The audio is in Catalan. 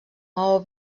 maó